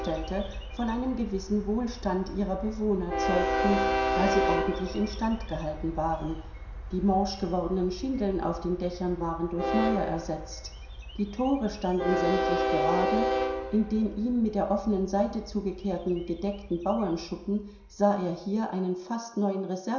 von einem gewissen wohlstand ihrer bewohner zeugten da sie ordentlich instand gehalten waren die morsch gewordenen schindeln auf den dächern waren durch neue ersetzt die tore standen sämtlich gerade in dem ihm mit der offenen seite zugekehrten gedeckten bauernschuppen sah er hier einen fast neuen